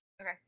Okay